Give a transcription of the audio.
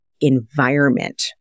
environment